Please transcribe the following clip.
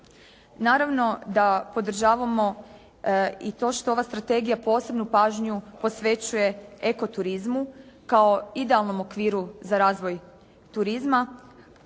Naravno da podržavamo i to što ova strategija posebnu pažnju posvećuje ekoturizmu kao idealnom okviru za razvoj turizma.